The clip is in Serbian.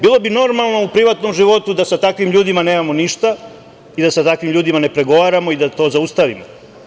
Bilo bi normalno u privatnom životu da sa takvim ljudima nemamo ništa i da sa takvim ljudima ne pregovaramo i da to zaustavimo.